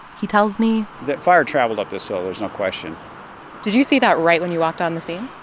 he tells me. that fire traveled up this hill. there's no question did you see that right when you walked on the scene?